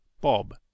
Bob